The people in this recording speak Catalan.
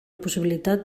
possibilitat